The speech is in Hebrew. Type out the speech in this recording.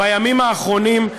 בימים האחרונים,